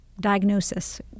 diagnosis